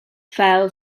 fell